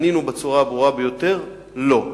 ענינו בצורה הברורה ביותר: לא.